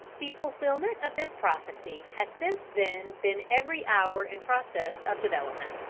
the fulfilment of this prophecy has since then been every hour in process of development.